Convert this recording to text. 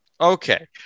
Okay